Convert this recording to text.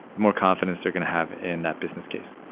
the more confidence they're going to have in that business case.